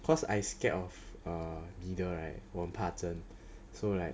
cause I scared of err needle right 我很怕针 so like